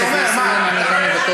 אני אומר.